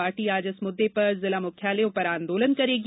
party आज इस मुद्दे पर जिला मुख्यालयों पर आंदोलन करेगी